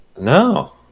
No